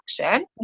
action